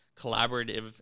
collaborative